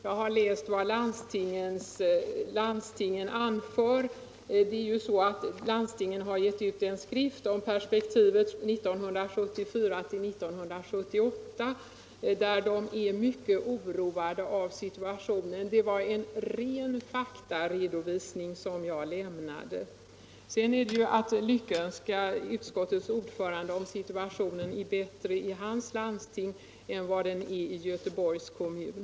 Jag har också läst Läkartidningen och vad landstingen anfört i en skrift om perspektivet 1974-1978, där de är mycket oroade av situationen. Det var en ren faktaredovisning som jag lämnade. Sedan är det bara att lyckönska utskottets ordförande om situationen är bättre i hans län än vad den är i Göteborgs kommun.